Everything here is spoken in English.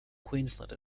queensland